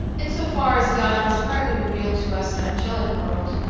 in so far as god has partly revealed to us an angelic world,